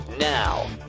Now